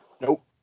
Nope